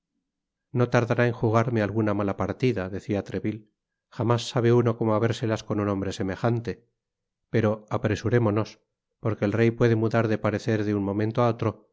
no tardará enjugarme alguna mala partida decia treville jamás sabe uno como habérselas con un hombre semejante pero apresurémonos porque el rey puede mudar de parecer de un momento á otro